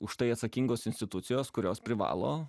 už tai atsakingos institucijos kurios privalo